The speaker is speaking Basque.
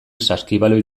saskibaloi